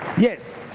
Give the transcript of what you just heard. Yes